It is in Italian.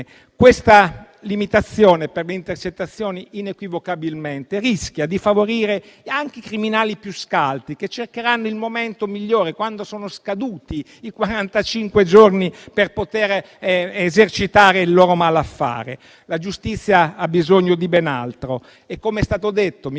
questa limitazione per le intercettazioni inequivocabilmente rischia di favorire anche i criminali più scaltri, che cercheranno il momento migliore, quando sono scaduti i quarantacinque giorni, per poter esercitare il loro malaffare. La giustizia ha bisogno di ben altro e - come è stato detto, mi